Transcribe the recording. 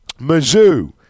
Mizzou